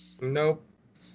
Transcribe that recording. Nope